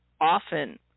often